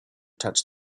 touched